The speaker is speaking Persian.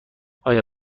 آیا